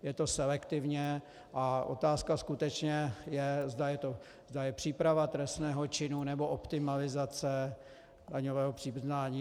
Je to selektivně a otázka skutečně je, zda je to příprava trestného činu, nebo optimalizace daňového přiznání.